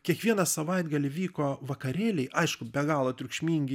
kiekvieną savaitgalį vyko vakarėliai aišku be galo triukšmingi